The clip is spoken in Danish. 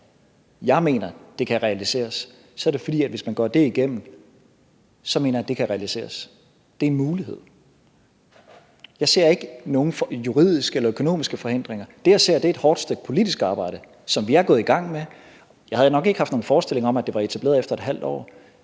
jeg mener, det kan realiseres, så skyldes det, at hvis man går det igennem, så mener jeg, det kan realiseres. Det er en mulighed. Jeg ser ikke nogen juridiske eller økonomiske forhindringer. Det, jeg ser, er et hårdt stykke politisk arbejde, som vi er gået i gang med. Jeg havde nok ikke haft nogen forestillinger om, at det var etableret efter et halvt år,